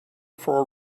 for